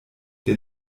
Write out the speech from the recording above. der